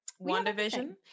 WandaVision